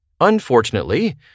Unfortunately